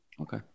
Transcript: Okay